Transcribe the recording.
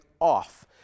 off